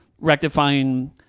rectifying